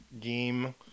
game